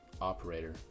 Operator